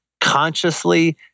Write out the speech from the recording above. consciously